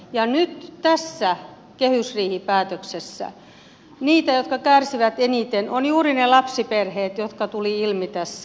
ja nyt tässä kehysriihipäätöksessä niitä jotka kärsivät eniten ovat juuri ne lapsiperheet jotka tulivat ilmi tässä